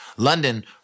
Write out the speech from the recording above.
London